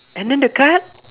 and then the card